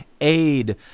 aid